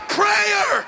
prayer